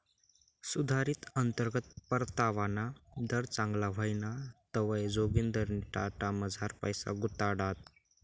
सुधारित अंतर्गत परतावाना दर चांगला व्हयना तवंय जोगिंदरनी टाटामझार पैसा गुताडात